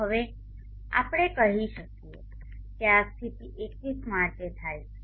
હવે આપણે કહી શકીએ કે આ સ્થિતિ 21 માર્ચે થાય છે